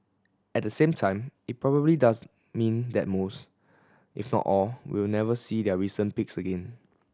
at the same time it probably does mean that most if not all will never see their recent peaks again